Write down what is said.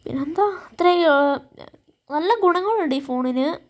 പിന്നെന്താ ഇത്രയൊക്കെ നല്ല ഗുണങ്ങളുണ്ട് ഈ ഫോണിന്